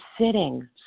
sitting